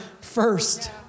first